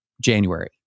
January